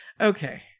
Okay